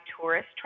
tourist